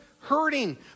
hurting